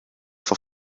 for